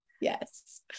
Yes